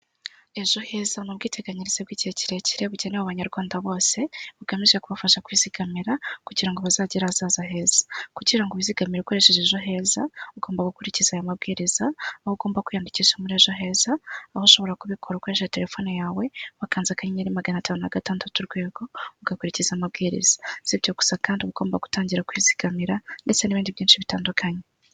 Ejo heza n'ubwiteganyirize bw'igihe kirekire bugenewe abanyarwanda bose, bugamije kubafasha kwizigamira, kugira ngo bazagere ahazaza heza, kugira ngo wizigamire ukoreshe ejo heza ,ugomba gukurikiza aya mabwiriza, aho ugomba kwiyandikisha murija heza, aho ushobora kubikora ukoreshaje telefone ,wa kanze akanyenyeri magana atanu na gatandatu urwego ,ugakurikiza amabwiriza ,sibyo gusa kandi ugomba gutangira kwizigamira, ndetse n'ibindi byinshi bitandukanye.